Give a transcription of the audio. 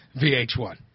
VH1